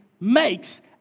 makes